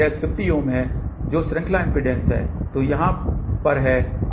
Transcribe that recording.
Zs 50 ohm है जो श्रृंखला इम्पीडेन्स है जो यहाँ पर है